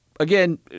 Again